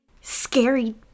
scary